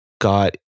got